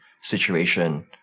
situation